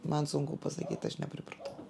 man sunku pasakyt aš nepripratau